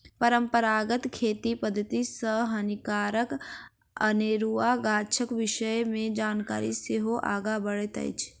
परंपरागत खेती पद्धति सॅ हानिकारक अनेरुआ गाछक विषय मे जानकारी सेहो आगाँ बढ़ैत अछि